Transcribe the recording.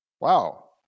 Wow